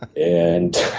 and